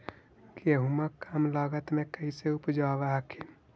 गेहुमा कम लागत मे कैसे उपजाब हखिन?